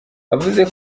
yavuze